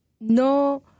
no